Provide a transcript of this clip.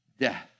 death